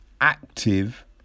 active